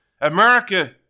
America